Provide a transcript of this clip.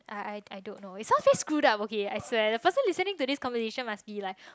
I I I don't know it sounds very screwed up okay I swear the person listening to this conversation must be like